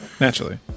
Naturally